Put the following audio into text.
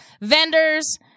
vendors